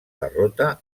derrota